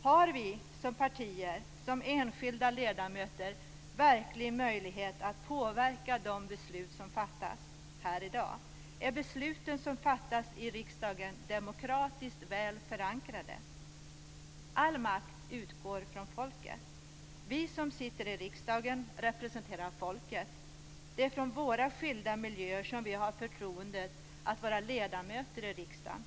Har vi som partier och som enskilda ledamöter verklig möjlighet att påverka de beslut som fattas här i dag? Är besluten som fattas i riksdagen demokratiskt väl förankrade? All makt utgår från folket. Vi som sitter i riksdagen representerar folket. Det är från våra skilda miljöer vi har förtroendet att vara ledamöter i riksdagen.